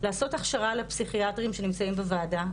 לעשות הכשרה לפסיכיאטרים שנמצאים בוועדה,